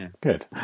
Good